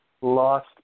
lost